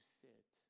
sit